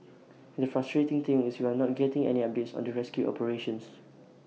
and the frustrating thing is we are not getting any updates on the rescue operations